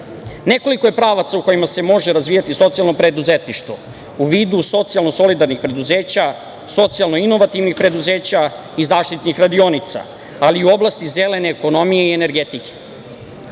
misiju. Nekoliko je pravaca u kojima se može razvijati socijalno preduzetništvo – u vidu socijalno solidarnih preduzeća, socijalno inovativnih preduzeća i zaštitnih radionica, ali i u oblasti zelene ekonomije i energetike. Socijalna